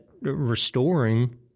restoring